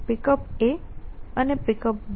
Pickup અને Pickup